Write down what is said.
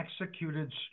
executed